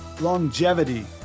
longevity